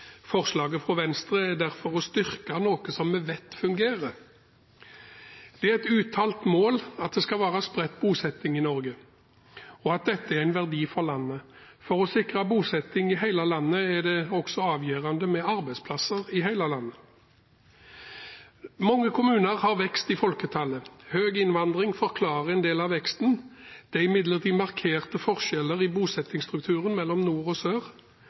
Forslaget fra Venstre er derfor å styrke noe som vi vet fungerer. Det er et uttalt mål at det skal være spredt bosetting i Norge, og at dette er en verdi for landet. For å sikre bosetting i hele landet er det også avgjørende med arbeidsplasser i hele landet. Mange kommuner har vekst i folketallet. Høy innvandring forklarer en del av veksten. Det er imidlertid markerte forskjeller i bosettingsstrukturen mellom nord og sør.